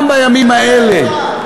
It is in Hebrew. גם בימים האלה,